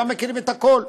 שם מכירים את הכול.